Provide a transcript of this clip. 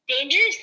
Dangerous